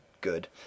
good